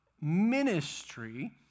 ministry